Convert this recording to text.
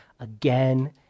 again